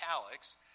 italics